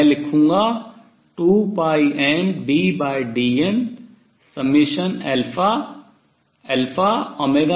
मैं लिखूँगा 2πmddnnn